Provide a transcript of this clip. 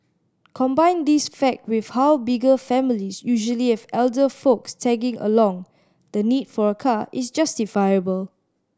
combine this fact with how bigger families usually have elderly folks tagging along the need for a car is justifiable